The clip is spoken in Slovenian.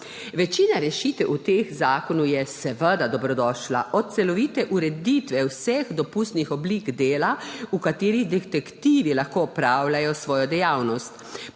Večina rešitev v tem zakonu je seveda dobrodošla, od celovite ureditve vseh dopustnih oblik dela, v katerih detektivi lahko opravljajo svojo dejavnost,